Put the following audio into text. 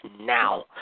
now